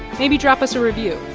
maybe drop us a review.